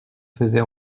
faisait